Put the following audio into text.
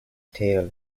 tale